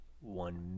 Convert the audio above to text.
one